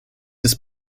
des